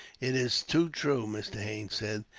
it is too true, mr. haines said.